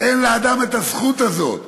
אין לאדם הזכות הזאת.